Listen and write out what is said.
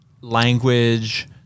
language